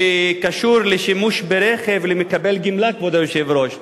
שקשור לשימוש ברכב למקבל גמלה, כבוד היושב-ראש,